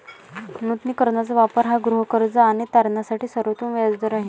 नूतनीकरणाचा वापर हा गृहकर्ज आणि तारणासाठी सर्वोत्तम व्याज दर आहे